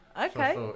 okay